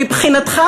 מבחינתך,